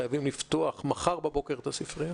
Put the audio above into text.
חייבים לפתוח מחר בבוקר את הספרייה.